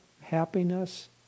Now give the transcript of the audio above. happiness